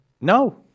No